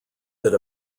that